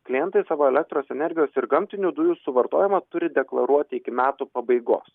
klientai savo elektros energijos ir gamtinių dujų suvartojimą turi deklaruoti iki metų pabaigos